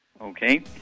Okay